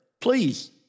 Please